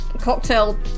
cocktail